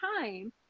time